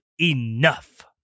enough